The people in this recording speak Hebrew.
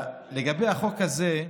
לגבי החוק הזה,